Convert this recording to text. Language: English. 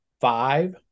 five